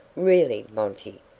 really, monty,